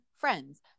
friends